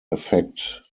effect